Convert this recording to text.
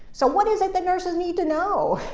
so what is it that nurses need to know?